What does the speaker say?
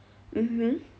mmhmm